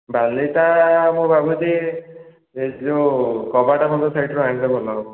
ବାଲିଟା ମୁଁ ଭାବୁଛି ଏ ଯେଉଁ କବାଟ ବନ୍ଧ ସାଇଡ଼୍ରୁ ଆଣିଲେ ଭଲ ହବ